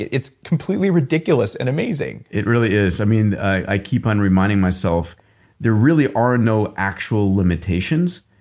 it's completely ridiculous and amazing it really is. i mean, i keep on reminding myself there really are no actual limitations.